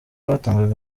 batangaga